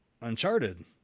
Uncharted